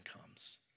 comes